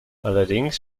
allerdings